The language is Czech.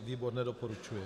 Výbor nedoporučuje.